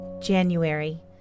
January